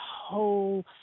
whole